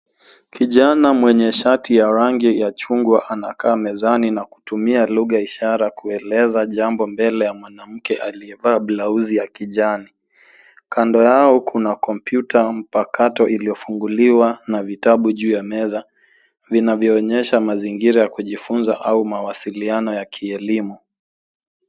Kijana mwenye shati ya rangi ya chungwa anakaa mezani na kutumia lugha ya ishara kueleza jambo mbele ya mwanamke aliyevaa blausi ya kijani. Kando yao kuna kompyuta mpakato iliyofunguliwa na vitabu juu ya meza vinavyoonyesha mazingira ya kujifunza au mawasiliano ya kielimu.